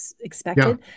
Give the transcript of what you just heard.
expected